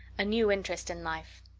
a new interest in life